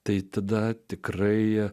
tai tada tikrai